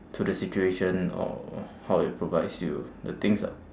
to the situation or how it provides you the things lah